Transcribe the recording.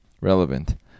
relevant